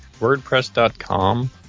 WordPress.com